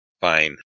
Fine